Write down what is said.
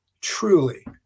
truly